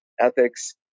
ethics